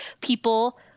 people